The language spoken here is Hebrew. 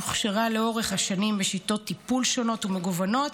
היא הוכשרה לאורך השנים בשיטות טיפול שונות ומגוונות,